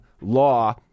Law